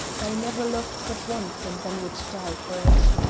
i never loved but once, and then would die for it.